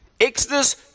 Exodus